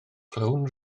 clywn